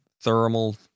thermal